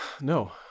No